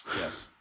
Yes